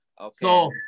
Okay